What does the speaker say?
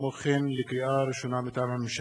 לקריאה ראשונה, מטעם הממשלה: